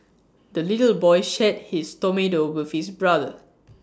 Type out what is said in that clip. the little boy shared his tomato with his brother